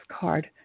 card